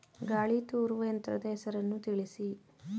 ಗಾಳಿ ತೂರುವ ಯಂತ್ರದ ಹೆಸರನ್ನು ತಿಳಿಸಿ?